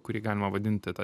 kurį galima vadinti tą